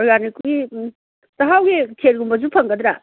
ꯑꯣꯔꯒꯥꯅꯤꯛꯀꯤ ꯆꯍꯥꯎꯒꯤ ꯈꯦꯔꯒꯨꯝꯕꯁꯨ ꯐꯪꯒꯗ꯭ꯔꯥ